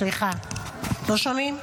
סליחה, לא שומעים?